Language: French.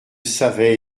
savait